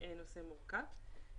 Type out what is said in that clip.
נושא מורכב.